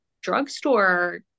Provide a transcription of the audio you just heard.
drugstore